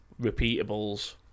repeatables